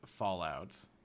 fallouts